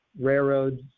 railroads